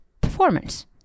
performance